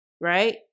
Right